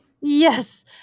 Yes